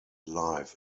life